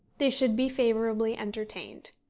they should be favourably entertained.